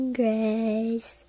grace